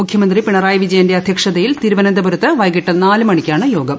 മുഖ്യമന്ത്രി പിണറായി വിജയന്റെ അധ്യക്ഷതയിൽ തിരുവനന്തപുരത്ത് വൈകിട്ട് നാലുമണിക്കാണ് യോഗം